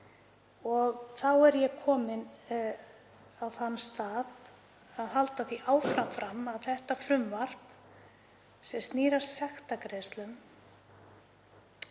og þá er ég komin á þann stað að halda því áfram fram að þetta frumvarp, sem snýr að sektargreiðslum